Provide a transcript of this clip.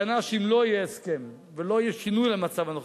הסכנה היא שאם לא יהיה הסכם ולא יהיה שינוי במצב הנוכחי,